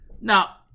now